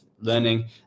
learning